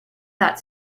that